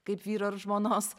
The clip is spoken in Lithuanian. kaip vyro ir žmonos